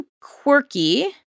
quirky